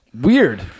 Weird